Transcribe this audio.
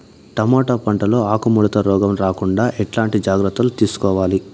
Tomato పంట లో ఆకు ముడత రోగం రాకుండా ఎట్లాంటి జాగ్రత్తలు తీసుకోవాలి?